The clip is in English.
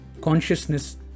consciousness